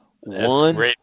One